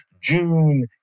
June